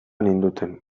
ninduten